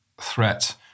threat